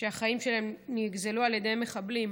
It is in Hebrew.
שהחיים שלהם נגזלו על ידי מחבלים.